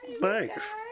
Thanks